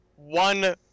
One